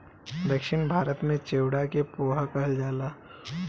दक्षिण भारत में चिवड़ा के पोहा कहल जाला